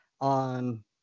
on